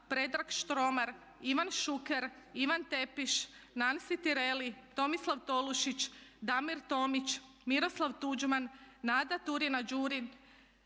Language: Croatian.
Predrag Štromar, Ivan Šuker, Ivan Tepeš, Nansi Tireli, Tomislav Tolušić, Damir Tomić, Miroslav Tuđman, Nada Turina-Đurić,